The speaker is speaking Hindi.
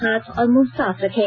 हाथ और मंह साफ रखें